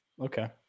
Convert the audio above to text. okay